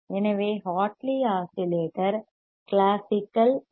எனவே Hartley oscillator classical L